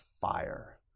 fire